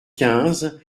quinze